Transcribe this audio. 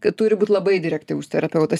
kad turi būt labai direktyvus terapeutas